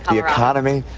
the economy,